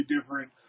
different